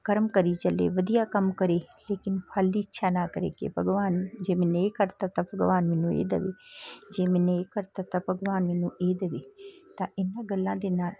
ਕਰਮ ਕਰੀ ਚੱਲੇ ਵਧੀਆ ਕੰਮ ਕਰੇ ਲੇਕਿਨ ਫਲ ਦੀ ਇੱਛਾ ਨਾ ਕਰੇ ਕਿ ਭਗਵਾਨ ਜੇ ਮੈਨੇ ਇਹ ਕਰਤਾ ਤਾਂ ਭਗਵਾਨ ਮੈਨੂੰ ਇਹ ਦੇਵੇ ਜੇ ਮੈਨੇ ਇਹ ਕਰਤਾ ਤਾਂ ਭਗਵਾਨ ਮੈਨੂੰ ਇਹ ਦੇਵੇ ਤਾਂ ਇਹਨਾਂ ਗੱਲਾਂ ਦੇ ਨਾਲ